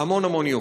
המון המון יופי.